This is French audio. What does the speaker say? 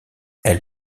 elle